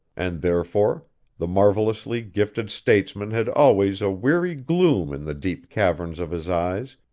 and therefore the marvellously gifted statesman had always a weary gloom in the deep caverns of his eyes,